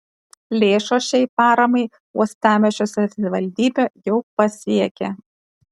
lėšos šiai paramai uostamiesčio savivaldybę jau pasiekė